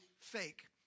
fake